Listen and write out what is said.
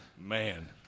Man